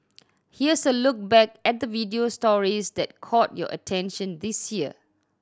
here's a look back at the video stories that caught your attention this year